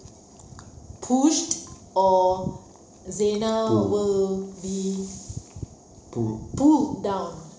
pushed or zina will be pulled down